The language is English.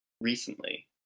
recently